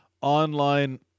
online